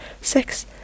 six